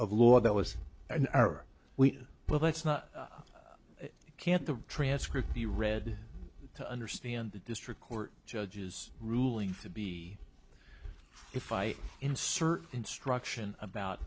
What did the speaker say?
of law that was an error we well that's not can't the transcript be read to understand the district court judge's ruling to be if i insert instruction about